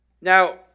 Now